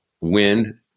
wind